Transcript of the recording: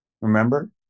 Remember